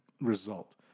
result